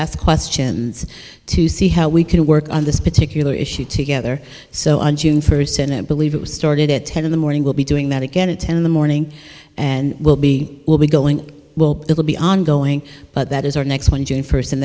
ask questions to see how we can work on this particular issue together so on june first senate believe it was started at ten in the morning we'll be doing that again at ten in the morning and will be will be going will be ongoing but that is our next one june first and